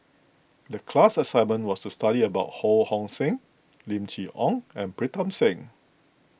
the class assignment was to study about Ho Hong Sing Lim Chee Onn and Pritam Singh